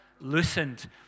loosened